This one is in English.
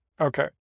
Okay